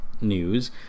news